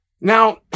Now